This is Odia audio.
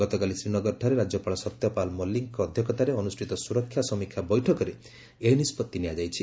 ଗତକାଲି ଶ୍ରୀନଗରଠାରେ ରାଜ୍ୟପାଳ ସତ୍ୟପାଳ ମଲିକ୍ଙ୍କ ଅଧ୍ୟକ୍ଷତାରେ ଅନୁଷ୍ଠିତ ସୁରକ୍ଷା ସମୀକ୍ଷା ବୈଠକରେ ଏହି ନିଷ୍କଭି ନିଆଯାଇଛି